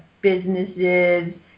businesses